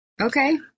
Okay